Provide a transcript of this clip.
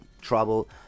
trouble